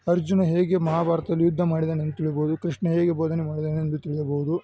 ಅರ್ಜುನ ಹೇಗೆ ಮಹಾಭಾರತದಲ್ಲಿ ಯುದ್ಧ ಮಾಡಿದನೆಂದ್ ತಿಳಿಬೋದು ಕೃಷ್ಣ ಹೇಗೆ ಬೋಧನೆ ಮಾಡಿದನೆಂದು ತಿಳಿಯಬೋದು